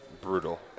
brutal